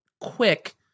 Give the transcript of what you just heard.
quick